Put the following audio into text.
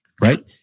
right